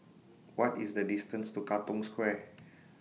What IS The distance to Katong Square